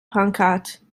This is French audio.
pancarte